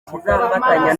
kizafatanya